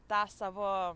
tą savo